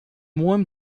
warm